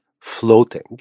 floating